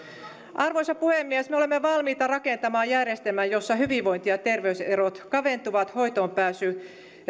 arvoisa puhemies me olemme valmiita rakentamaan järjestelmän jossa hyvinvointi ja terveyserot kaventuvat ja hoitoonpääsy